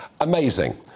Amazing